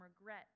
regret